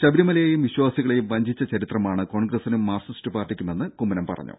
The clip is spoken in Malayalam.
ശബരിമലയെയും വിശ്വാസികളെയും വഞ്ചിച്ച ചരിത്രമാണ് കോൺഗ്രസിനും മാർക്സിസ്റ് പാർട്ടിക്കുമെന്നും കുമ്മനം പറഞ്ഞു